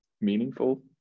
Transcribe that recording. meaningful